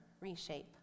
reshape